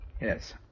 Yes